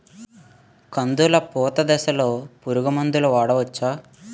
కందులు పూత దశలో పురుగు మందులు వాడవచ్చా?